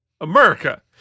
America